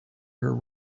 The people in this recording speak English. her